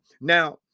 now